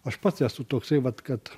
aš pats esu toksai vat kad